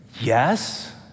yes